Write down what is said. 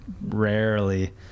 Rarely